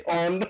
on